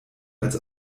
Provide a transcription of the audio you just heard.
als